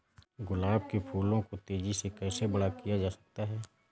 गुलाब के फूलों को तेजी से कैसे बड़ा किया जा सकता है?